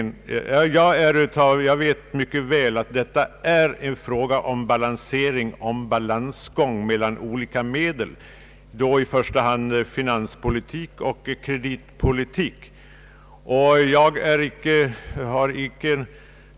Jag vet mycket väl att det här är en fråga om en balansgång mellan olika medel i den ekonomiska politiken, i första hand mellan Statsverkspropositionen m.m. finanspolitik och kreditpolitik.